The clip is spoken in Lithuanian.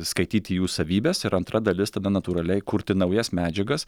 skaityti jų savybes ir antra dalis tada natūraliai kurti naujas medžiagas